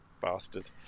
bastard